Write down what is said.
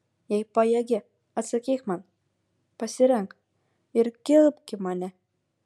jei pajėgi atsakyk man pasirenk ir kibk į mane